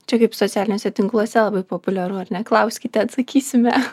čia kaip socialiniuose tinkluose labai populiaru ar ne klauskite atsakysime